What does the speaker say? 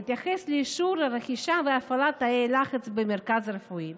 מתייחס לאישור הרכישה והפעלת תאי הלחץ במרכז רפואי.